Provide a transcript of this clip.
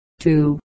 two